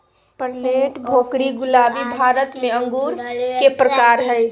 Perlette, Bhokri, गुलाबी भारत में अंगूर के प्रकार हय